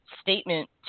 statement